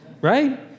Right